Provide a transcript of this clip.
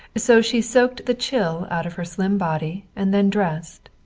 so she soaked the chill out of her slim body and then dressed.